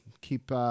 Keep